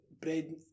bread